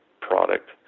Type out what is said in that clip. product